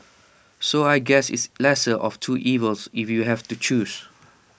so I guess it's lesser of two evils if you have to choose